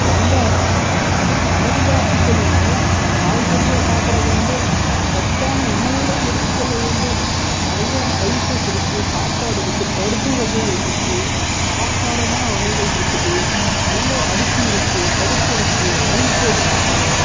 வந்தாலும் அதை பாதுகாத்துக்கொள்ள காய்கறிகள் சாப்பிட வேண்டும் சத்தான உணவுகளை எடுத்துக்கொள்ள வேண்டும் நிறைய ஸ்பைசஸ் இருக்குது சாப்பாடு இருக்குது பருப்பு வகைகள்ருக்குது கார சாரமான வகைகள்ருக்குது நல்ல அரிசி இருக்குது பருப்பு இருக்குது நெய் போட்டு சாப்பிடலாம்